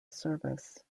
service